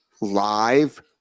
Live